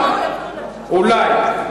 במרוקו היא תגן, אולי, אולי.